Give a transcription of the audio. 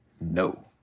no